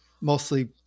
mostly